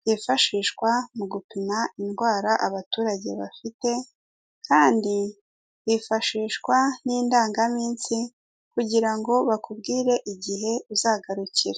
byifashishwa mu gupima indwara abaturage bafite, kandi bifashishwa n'indangaminsi kugira ngo bakubwire igihe uzagarukira.